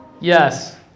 Yes